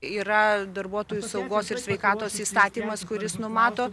yra darbuotojų saugos ir sveikatos įstatymas kuris numato